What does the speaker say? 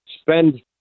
spend